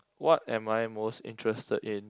what am I most interested in